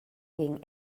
gegen